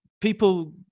people